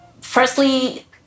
firstly